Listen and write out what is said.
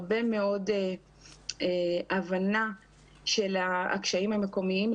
הרבה מאוד הבנה של הקשיים המקומיים.